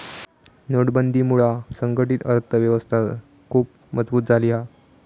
नोटबंदीमुळा संघटीत अर्थ व्यवस्था खुप मजबुत झाली हा